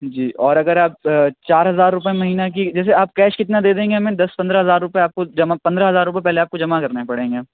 جی اور اگر آپ آ چار ہزار روپیے مہینہ کی جیسے آپ کیش کتنا دے دیں گے ہمیں دس پندرہ ہزار روپیے آپ کو جمع پندرہ ہزار روپیے پہلے آپ کو جمع کرنے پڑیں گے